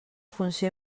funció